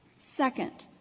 second,